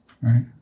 Right